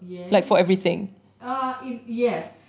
ya uh yes